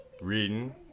Reading